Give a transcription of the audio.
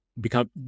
become